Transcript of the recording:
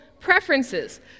preferences